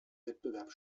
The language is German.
wettbewerb